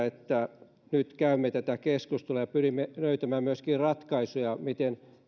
että nyt käymme tätä keskustelua ja pyrimme löytämään myöskin ratkaisuja siihen miten